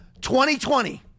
2020